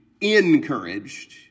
encouraged